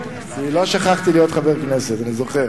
לא שכחתי להיות חבר כנסת, אני תמיד זוכר